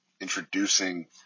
introducing